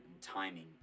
timing